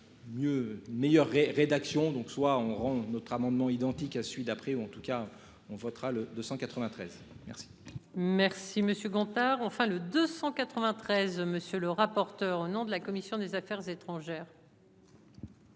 donc soit on rend notre amendement identique à celui d'après, ou en tout cas on votera le 293. Merci. Merci Monsieur Gontard enfin le 293 monsieur le rapporteur. Au nom de la commission des Affaires étrangères.